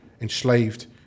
enslaved